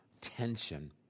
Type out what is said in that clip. tension